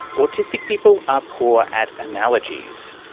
autistic people are poor at analogies.